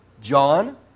John